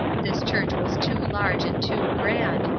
this church was too large and too grand,